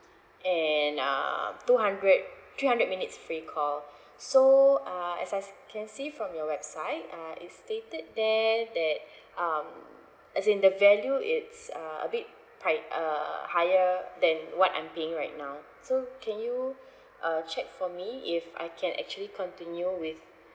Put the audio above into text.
and uh two hundred three hundred minutes free call so uh as I see can see from your website ah it stated there that um as in the value it's uh a bit pri~ uh higher than what I'm paying right now so can you uh check for me if I can actually continue with